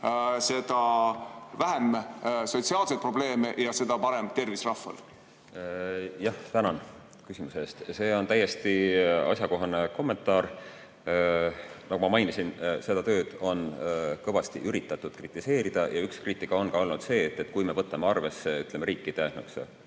seda vähem sotsiaalseid probleeme ja seda parem tervis rahval? Tänan küsimuse eest! See on täiesti asjakohane kommentaar. Nagu ma mainisin, seda tööd on kõvasti üritatud kritiseerida ja üks kriitika on olnud ka selline, et kui me võtame arvesse riikide